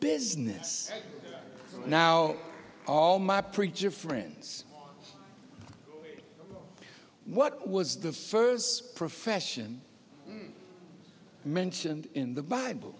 business now all my preacher friends what was the first profession mentioned in the bible